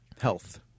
health